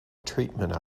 treatment